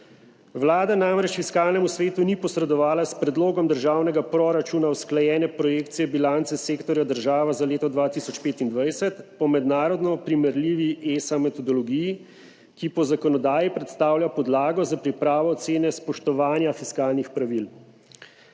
Vlada namreč Fiskalnemu svetu ni posredovala s predlogom državnega proračuna usklajene projekcije bilance sektorja država za leto 2025 po mednarodno primerljivi ESA metodologiji, ki po zakonodaji predstavlja podlago za pripravo ocene spoštovanja fiskalnih pravil.